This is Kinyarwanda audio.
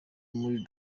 muri